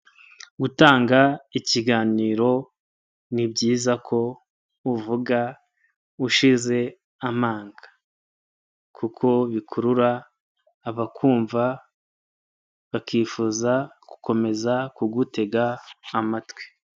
Mu gutanga ikiganiro ni byiza ko uvuga ushize amanga, kuko bikururira abakumva bakifuza gukomeza kugutega amatwi.